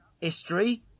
history